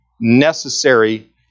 necessary